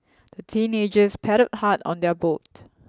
the teenagers paddled hard on their boat